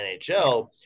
NHL